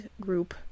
group